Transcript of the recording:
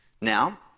Now